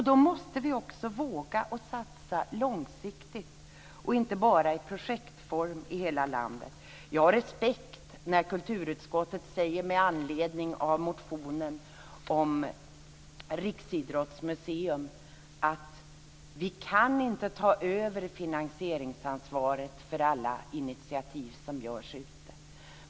Då måste vi också våga att satsa långsiktigt och inte bara i projektform i hela landet. Jag har respekt när kulturutskottet med anledning av motionen om Riksidrottsmuseum säger att staten inte kan ta över finansieringsansvaret för alla initiativ som görs.